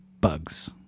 bugs